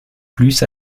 plus